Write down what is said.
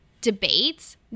debates